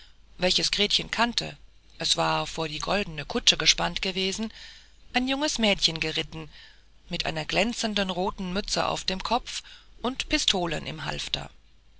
welches gretchen kannte es war vor die goldene kutsche gespannt gewesen ein junges mädchen geritten mit einer glänzenden roten mütze auf dem kopfe und pistolen im halfter